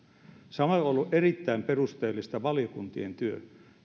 samalla on ollut erittäin perusteellista valiokuntien työ